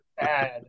bad